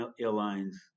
airlines